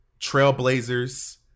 Trailblazers